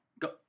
go